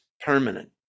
permanent